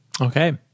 Okay